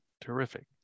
Terrific